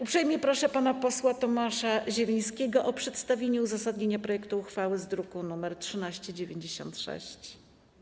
Uprzejmie proszę pana posła Tomasza Zielińskiego o przedstawienie uzasadnienia projektu uchwały z druku nr 1396.